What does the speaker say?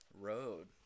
road